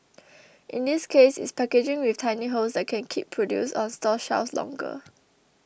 in this case it's packaging with tiny holes that can keep produce on store shelves longer